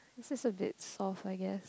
this is a bit soft I guess